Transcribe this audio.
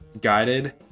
guided